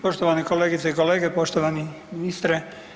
Poštovane kolegice i kolege, poštovani ministre.